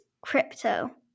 Crypto